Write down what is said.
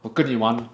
我跟你玩